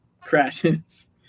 crashes